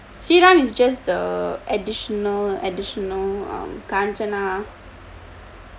suren is just the additional additional um